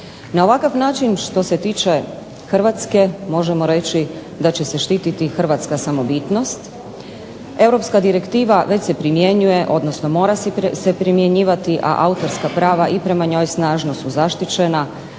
Na ovakav način što se tiče Hrvatske možemo reći da će se štititi hrvatska samobitnost. Europska direktiva već se primjenjuje, odnosno mora se primjenjivati, a autorska prava i prema njoj snažno su zaštićena,